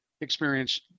experience